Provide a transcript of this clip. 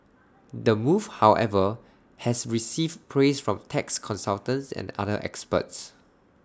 the move however has received praise from tax consultants and other experts